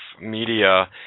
media